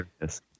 Yes